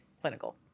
clinical